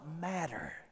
matter